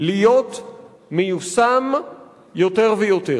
להיות מיושם יותר ויותר.